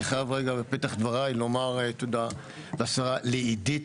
אני חייב רגע בפתח דבריי לומר תודה לשרה, לעידית.